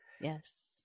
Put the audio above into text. yes